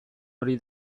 hori